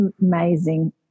amazing